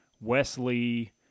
Wesley –